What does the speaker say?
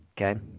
Okay